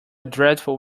dreadful